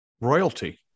royalty